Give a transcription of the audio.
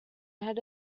head